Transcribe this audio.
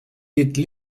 dite